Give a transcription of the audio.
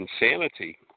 insanity